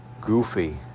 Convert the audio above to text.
goofy